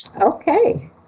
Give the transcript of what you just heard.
Okay